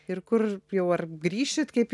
ir kur jau ar grįšit kaip